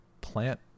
plant